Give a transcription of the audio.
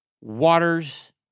waters